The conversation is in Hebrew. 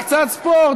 קצת ספורט,